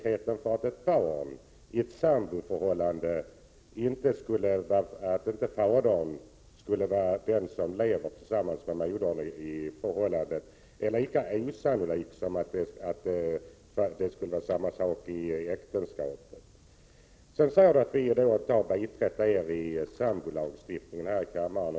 Det är lika osannolikt i ett samboförhållande att mannen som lever tillsammans med barnets moder inte skulle vara far till barnet som det är att mannen i ett äktenskap inte skulle vara far till ett barn fött i äktenskapet. Ewa Hedkvist Petersen säger att vi i folkpartiet inte har biträtt utskottsmajoriteten i fråga om sambolagen.